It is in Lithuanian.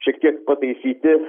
šiek tiek pataisyti